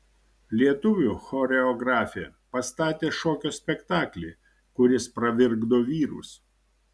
lietuvių choreografė pastatė šokio spektaklį kuris pravirkdo vyrus